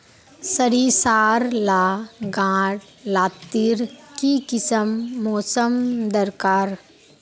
सरिसार ला गार लात्तिर की किसम मौसम दरकार?